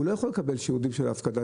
אבל הוא לא יכול לקבל שירותים של הפקדה.